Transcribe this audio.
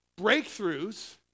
breakthroughs